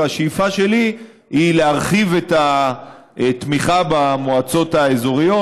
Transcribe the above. והשאיפה שלי היא להרחיב את התמיכה במועצות האזוריות.